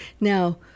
now